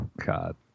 God